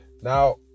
Now